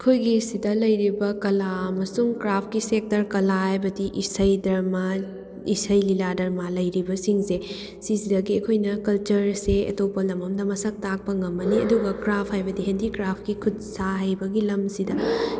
ꯑꯩꯈꯣꯏꯒꯤ ꯁꯤꯗ ꯂꯩꯔꯤꯕ ꯀꯂꯥ ꯑꯃꯁꯨꯡ ꯀ꯭ꯔꯥꯐꯀꯤ ꯁꯦꯛꯇꯔ ꯀꯂꯥ ꯍꯥꯏꯕꯗꯤ ꯏꯁꯩ ꯗꯔꯃꯥ ꯏꯁꯩ ꯂꯤꯂꯥ ꯗꯔꯃꯥ ꯂꯩꯔꯤꯕꯁꯤꯡꯁꯦ ꯁꯤꯁꯤꯗꯒꯤ ꯑꯩꯈꯣꯏꯅ ꯀꯜꯆꯔꯁꯦ ꯑꯇꯣꯞꯄ ꯂꯝ ꯑꯃꯗ ꯃꯁꯛ ꯇꯥꯛꯄ ꯉꯝꯃꯅꯤ ꯑꯗꯨꯒ ꯀ꯭ꯔꯥꯐ ꯍꯥꯏꯕꯗꯤ ꯍꯦꯟꯗꯤꯀ꯭ꯔꯥꯐꯀꯤ ꯈꯨꯠ ꯁꯥ ꯍꯩꯕꯒꯤ ꯂꯝꯁꯤꯗ